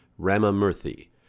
Ramamurthy